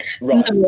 Right